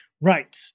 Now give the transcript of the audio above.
Right